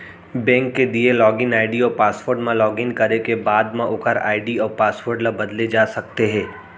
bank के दिए login ID अउ पासवर्ड म लॉगिन करे के बाद म ओकर आईडी अउ पासवर्ड ल बदले जा सकते हे